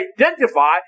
identify